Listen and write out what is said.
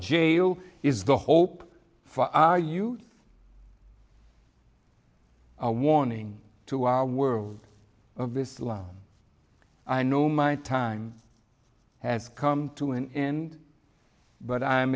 jail is the hope for you a warning to our world of islam i know my time has come to an end but i